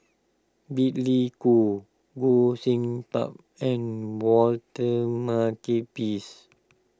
Billy Koh Goh Sin Tub and Walter Makepeace